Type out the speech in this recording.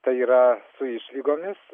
tai yra su išlygomis